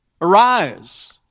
Arise